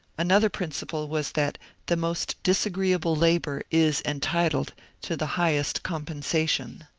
another principle was that the most disagreeable labour is entitled to the highest com pensation.